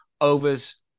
Overs